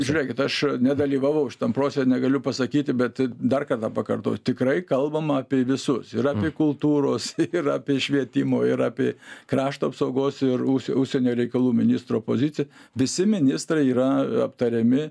žiūrėkit aš nedalyvavau šitam proce negaliu pasakyti bet dar kartą pakartoju tikrai kalbama apie visus yra ir apie kultūros ir apie švietimo ir apie krašto apsaugos ir užs užsienio reikalų ministro poziciją visi ministrai yra aptariami